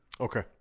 okay